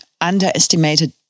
underestimated